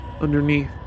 underneath